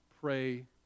pray